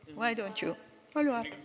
why don't you follow up?